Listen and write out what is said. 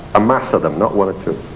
a mass of them not one or two,